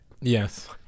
Yes